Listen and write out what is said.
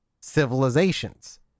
civilizations